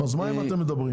אז מה אם אתם מדברים?